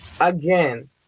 Again